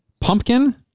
Pumpkin